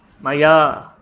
Maya